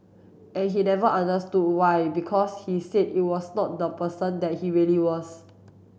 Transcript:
and he never understood why because he said it was not the person that he really was